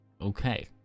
Okay